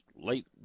late